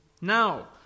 Now